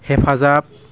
हेफाजाब